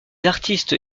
artistes